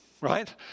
right